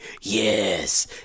yes